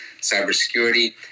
cybersecurity